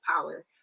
power